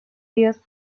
dios